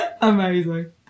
Amazing